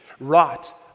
wrought